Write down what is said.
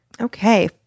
Okay